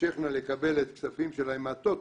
תמשכנה לקבל את הכספים שלהן מהטוטו,